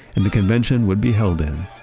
and the convention would be held in,